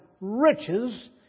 riches